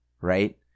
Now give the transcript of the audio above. right